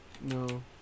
no